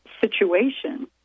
situation